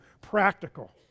Practical